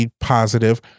positive